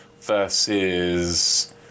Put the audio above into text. versus